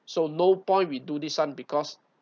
so no point we do this one because